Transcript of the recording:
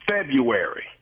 February